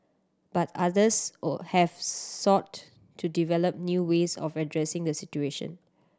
but others have sought to develop new ways of addressing the situation